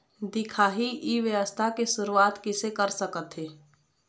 दिखाही ई व्यवसाय के शुरुआत किसे कर सकत हे?